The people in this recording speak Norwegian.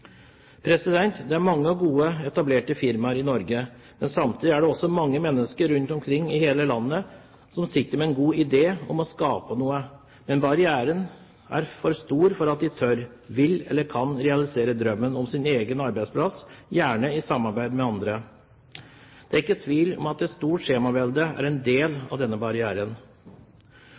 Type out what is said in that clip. praksis.» Det er mange gode etablerte firmaer i Norge, men samtidig er det også mange mennesker rundt omkring i hele landet som sitter med en god idé om å skape noe. Men barrieren er for stor til at de tør, vil eller kan realisere drømmen om sin egen arbeidsplass, gjerne i samarbeid med andre. Det er ikke tvil om at et stort skjemavelde er en del av denne barrieren.